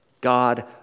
God